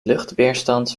luchtweerstand